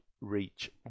reach